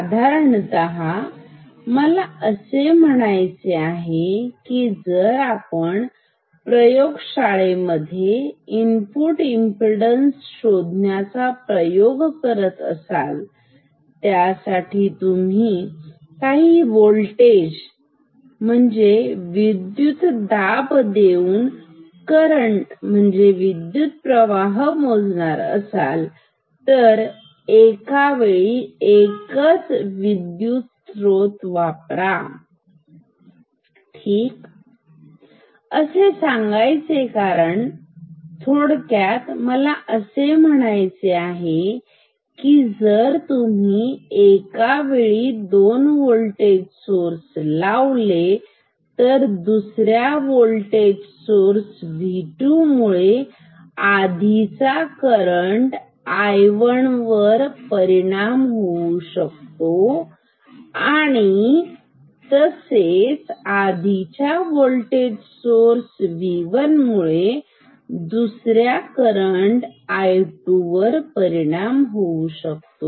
साधारणतः मला असे म्हणायचे आहे की जर आपण प्रयोगशाळेमध्ये इनपुट इमपीडन्स शोधण्याचा प्रयोग करत असाल त्यासाठी तुम्ही काही व्होल्टेज विद्युतदाब देऊन करंट विद्युतप्रवाह मोजणार असाल तर एका वेळी एकच विद्युतस्त्रोत वापरा ठीक असे सांगायचे कारणथोडक्यात मला असे म्हणायचे आहे की जर तुम्ही एकाच वेळी दोन वोल्टेज स्त्रोत लावले तर दुसऱ्या वोल्टेज स्त्रोत मुळे तुमच्या आधीच्या करंट वर परिणाम होऊ शकतो तसेच आधीच्या वोल्टेज स्त्रोत मुळे तुमच्या दुसऱ्या करंट वर परिणाम होऊ शकतो